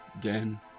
den